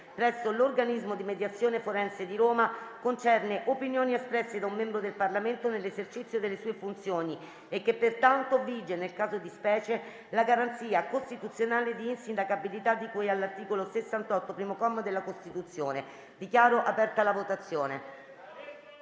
presso l'Organismo di mediazione forense di Roma, concerne opinioni espresse da un membro del Parlamento nell'esercizio delle sue funzioni e che, pertanto, vige nel caso di specie la garanzia costituzionale di insindacabilità di cui all'articolo 68, primo comma, della Costituzione. *(Segue la votazione).*